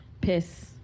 piss